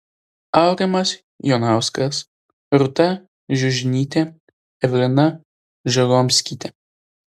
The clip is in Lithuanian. aurimas jonauskas rūta žiužnytė evelina žaromskytė